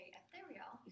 ethereal